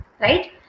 Right